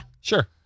Sure